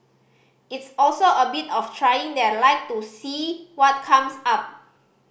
it's also a bit of trying their luck to see what comes up